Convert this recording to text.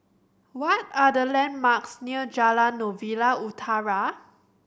what are the landmarks near Jalan Novena Utara